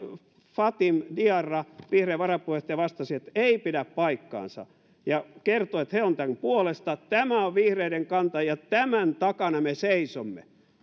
fatim diarra vihreiden varapuheenjohtaja vastasi että ei pidä paikkaansa ja kertoi että he ovat tämän puolesta ja että tämä on vihreiden kanta ja tämän takana he seisovat